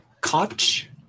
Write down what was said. Koch